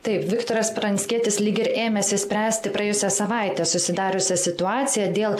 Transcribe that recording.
taip viktoras pranckietis lyg ir ėmęsis spręsti praėjusią savaitę susidariusią situaciją dėl